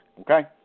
okay